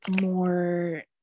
more